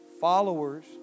Followers